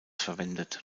verwendet